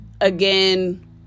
again